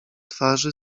twarzy